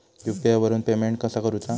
UPI वरून payment कसा करूचा?